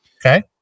Okay